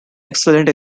excellent